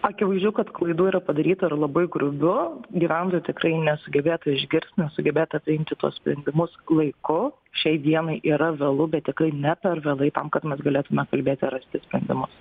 akivaizdžiau kad klaidų yra padaryta ir labai grubių gyventojai tikrai nesugebėta išgirst nesugebėta priimti tuos sprendimus laiku šiai dienai yra vėlu bet tikrai ne per vėlai tam kad mes galėtume kalbėti ir rasti sprendimus